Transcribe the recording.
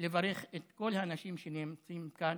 לברך את כל האנשים שנמצאים כאן,